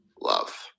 Love